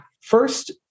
First